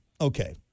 Okay